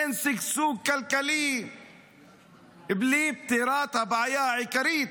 אין שגשוג כלכלי בלי פתירת הבעיה העיקרית,